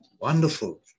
Wonderful